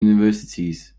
universities